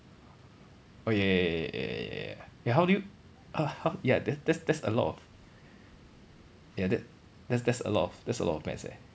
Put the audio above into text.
oh ya ya ya ya ya eh how do you h~ h~ ya that that's that's a lot of ya that that's that's a lot of that's a lot of maths eh